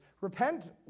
repent